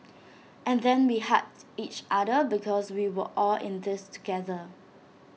and then we hugged each other because we were all in this together